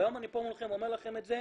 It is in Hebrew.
והיום אני פה מולכם אומר לכם את זה